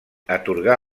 atorgà